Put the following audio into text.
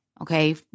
Okay